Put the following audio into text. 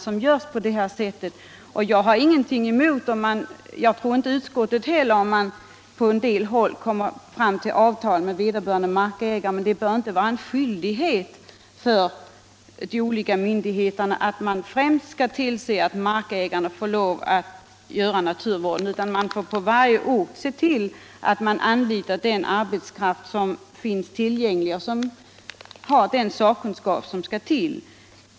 Jag har ingenting emot och jag tror inte heller att utskottsmajoriteten har det, om man på en del håll kommer fram till avtal med vederbörande markägare, men det bör inte vara en skyldighet för de olika myndigheterna att främst tillse att markägarna får lov att svara för naturvården, utan man får på varje ort se till att man anlitar den arbetskraft som finns tillgänglig och har den sakkunskap som fordras.